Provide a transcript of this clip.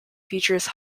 features